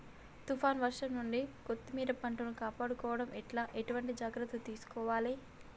తుఫాన్ వర్షం నుండి కొత్తిమీర పంటను కాపాడుకోవడం ఎట్ల ఎటువంటి జాగ్రత్తలు తీసుకోవాలే?